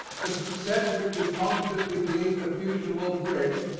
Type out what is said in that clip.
the success which we confidently believe the future will bring,